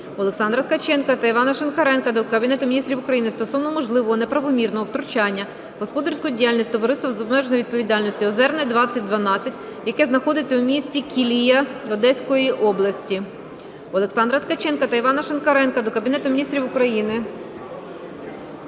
Олександра Ткаченка та Івана Шинкаренка до Кабінету Міністрів України стосовно можливого неправомірного втручання в господарську діяльність товариства з обмеженою відповідальністю "Озерне 2012", яке знаходиться у місті Кілія Одеської області. Олександра Ткаченка та Івана Шинкаренка до Кабінету Міністрів України